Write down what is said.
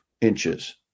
inches